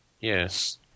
yes